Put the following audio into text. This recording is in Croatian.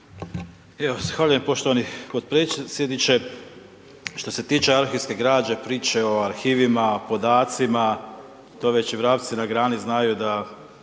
Hvala vam